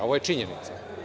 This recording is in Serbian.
Ovo je činjenica.